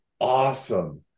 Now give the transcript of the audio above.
awesome